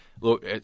look